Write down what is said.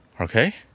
okay